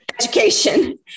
education